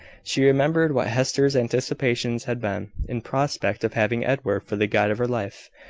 she remembered what hester's anticipations had been, in prospect of having edward for the guide of her life.